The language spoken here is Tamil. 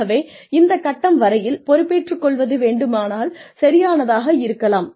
ஆகவே இந்த கட்டம் வரையில் பொறுப்பேற்றுக் கொள்வது வேண்டுமானால் சரியானதாக இருக்கலாம்